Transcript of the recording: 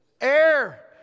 Air